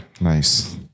Nice